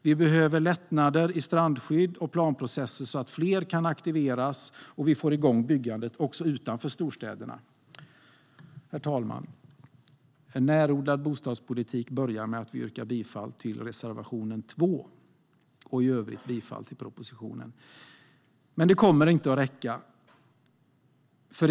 Vi behöver lättnader i strandskydd och planprocesser så att fler kan aktiveras och vi får igång byggandet också utanför storstäderna. Herr talman! En närodlad bostadspolitik börjar med att jag yrkar bifall till reservation 2 och i övrigt yrkar bifall till propositionen. Men det kommer inte att räcka.